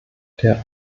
der